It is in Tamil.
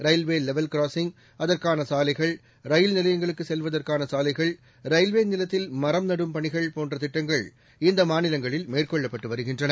ரயில்வேலெவல் க்ராசிங் அதற்கானசாலைகள் ரயில் நிலையங்களுக்குச் செல்வதற்கானசாலைகள் ரயில்வேநிலத்தில் மரம் நடும் பணிகள் போன்றதிட்டங்கள் இந்தமாநிலங்களில் மேற்கொள்ளப்பட்டுவருகின்றன